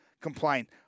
complain